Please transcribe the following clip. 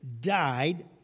died